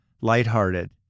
light-hearted